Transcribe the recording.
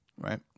Right